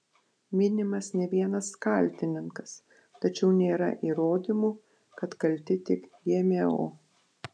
minimas ne vienas kaltininkas tačiau nėra įrodymų kad kalti tik gmo